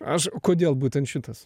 aš kodėl būtent šitas